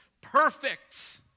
perfect